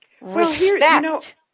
Respect